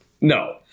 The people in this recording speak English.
No